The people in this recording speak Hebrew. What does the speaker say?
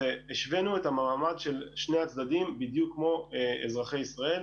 השווינו את המעמד של שני הצדדים בדיוק כמו אזרחי ישראל,